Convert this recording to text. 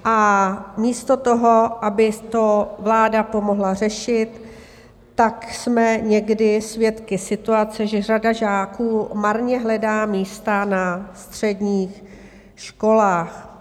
A místo toho, aby to vláda pomohla řešit, tak jsme někdy svědky situace, že řada žáků marně hledá místa na středních školách.